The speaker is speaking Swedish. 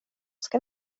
ska